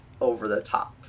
over-the-top